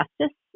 justice